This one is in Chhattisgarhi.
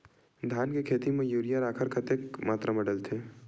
धान के खेती म यूरिया राखर कतेक मात्रा म डलथे?